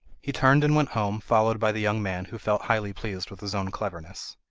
he turned and went home, followed by the young man, who felt highly pleased with his own cleverness.